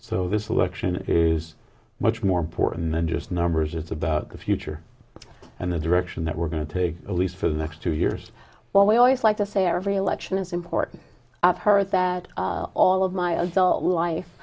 so this election is much more important than just numbers it's about the future and the direction that we're going to take at least for the next two years while we always like to say every election is important i've heard that all of